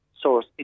source